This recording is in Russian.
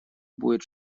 будет